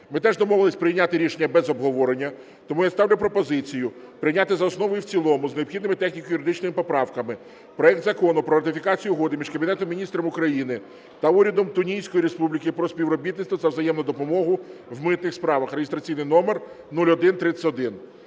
Ми теж домовились прийняти рішення без обговорення. Тому я ставлю пропозицію прийняти за основу і в цілому з необхідними техніко-юридичними поправками проект Закону про ратифікацію Угоди між Кабінетом Міністрів України та Урядом Туніської Республіки про співробітництво та взаємну допомогу в митних справах (реєстраційний номер 0131).